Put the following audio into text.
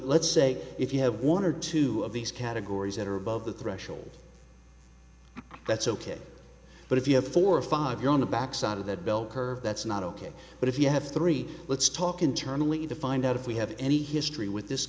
let's say if you have one or two of these categories that are above the threshold that's ok but if you have four or five you're on the backside of that bell curve that's not ok but if you have three let's talk internally the find out if we have any history with this